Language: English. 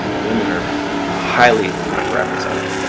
women are highly under-represented,